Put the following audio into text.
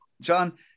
john